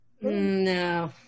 No